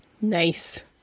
Nice